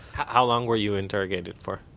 how long were you interrogated for?